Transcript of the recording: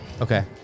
Okay